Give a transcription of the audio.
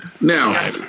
Now